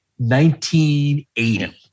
1980